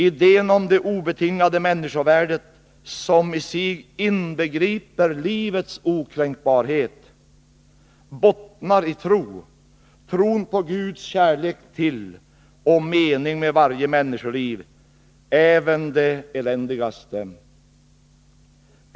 Idén om det obetingade människovärdet som i sig inbegriper livets okränkbarhet, bottnar i tro: tron på Guds kärlek till och mening med varje människoliv, även det eländigaste.